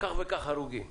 כך וכך הרוגים.